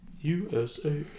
USA